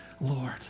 Lord